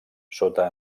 sota